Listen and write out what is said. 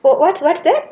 what what's that